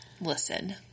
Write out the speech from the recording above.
listen